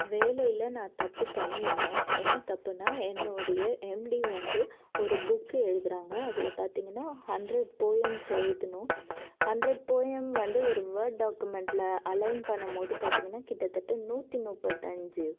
வேலையில் நான் தப்பு பண்ணியிருக்கேன் என்ன தப்புனால் என்னுடைய எம்டி வந்து ஒரு புக் எழுதுகிறாங்க அதில் பார்த்தீங்கனா ஹண்ட்ரட் போயம்ஸ் எழுதணும் ஹண்ட்ரட் போயம் வந்து ஒரு வேர்ட் டாக்குமெண்டில் அலைன் பண்ணும் போது பார்த்தீங்கனா கிட்டத்தட்ட நூற்றி முப்பத்தஞ்சு